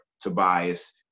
Tobias